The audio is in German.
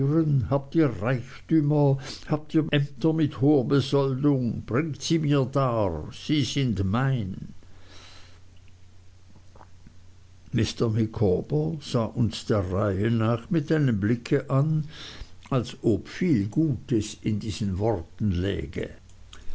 habt ihr reichtümer habt ihr ämter mit hoher besoldung bringt sie mir dar sie sind mein mr micawber sah uns der reihe nach mit einem blick an als ob viel gutes in diesen worten läge